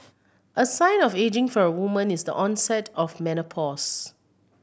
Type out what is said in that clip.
a sign of ageing for a woman is the onset of menopause